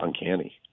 uncanny